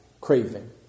craving